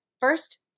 First